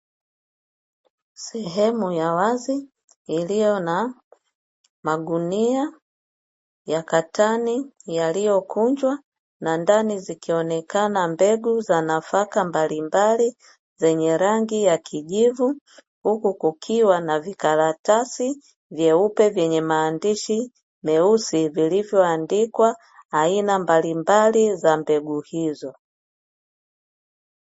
Sehemu ya wazi iliyo na magunia ya katani yaliyokunjwa, na ndani zikionekana mbegu za nafaka mbalimbali zenye rangi ya kijivu. Huku kukiwa na vikaratasi vyeupe vyenye maandishi meusi, vilivyoandikwa aina mbalimbali za mbegu hizo.